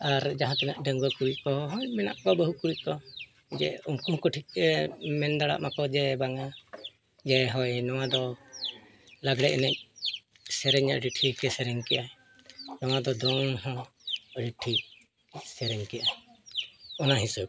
ᱟᱨ ᱡᱟᱦᱟᱸ ᱛᱤᱱᱟᱹᱜ ᱰᱟᱺᱜᱩᱣᱟᱹ ᱠᱩᱲᱤ ᱠᱚ ᱦᱚᱸ ᱢᱮᱱᱟᱜ ᱠᱚᱣᱟ ᱵᱟᱹᱦᱩ ᱠᱩᱲᱤ ᱠᱚ ᱡᱮ ᱩᱱᱠᱩ ᱦᱚᱸ ᱠᱚ ᱴᱷᱤᱠᱟᱹᱭᱟ ᱢᱮᱱ ᱫᱟᱲᱮᱭᱟᱜᱢᱟ ᱠᱚ ᱡᱮ ᱵᱟᱝᱟ ᱡᱮ ᱦᱳᱭ ᱱᱚᱣᱟ ᱫᱚ ᱞᱟᱜᱽᱲᱮ ᱮᱱᱮᱡ ᱥᱮᱨᱮᱧ ᱟᱹᱰᱤ ᱴᱷᱤᱠᱮ ᱥᱮᱨᱮᱧ ᱠᱮᱜᱼᱟ ᱚᱱᱟ ᱫᱚ ᱫᱚᱝ ᱦᱚᱸ ᱟᱹᱰᱤ ᱴᱷᱤᱠ ᱥᱮᱨᱮᱧ ᱠᱮᱜᱼᱟ ᱚᱱᱟ ᱦᱤᱥᱟᱹᱵ